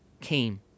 came